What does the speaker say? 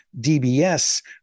DBS